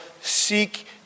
seek